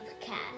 Cat